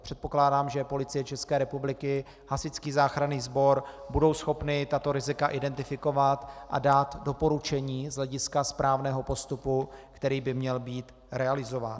Předpokládám, že Policie ČR, Hasičský záchranný sbor budou schopny tato rizika identifikovat a dát doporučení z hlediska správného postupu, který by měl být realizován.